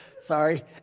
Sorry